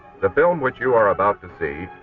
the film which you are about to see,